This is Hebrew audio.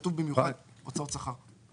כתוב במיוחד "הוצאות שכר".